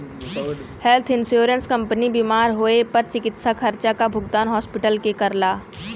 health insurance company बीमार होए पर चिकित्सा खर्चा क भुगतान हॉस्पिटल के करला